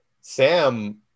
Sam